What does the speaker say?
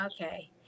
Okay